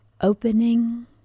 Opening